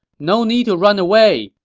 no need to run away.